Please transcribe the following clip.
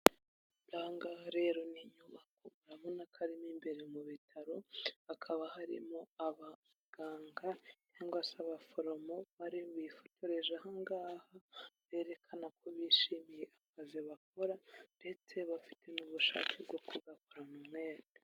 Aha ngaha rero ni inyubako, urabona ko ari mo imbere mu bitaro, hakaba harimo abaganga cyangwase abaforomo bari bifotoreje aha ngaha, berekana ko bishimiye akazi bakora ndetse bafite n'ubushake bwo kugakorana umwete.